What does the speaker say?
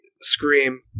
scream